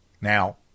Now